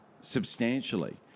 substantially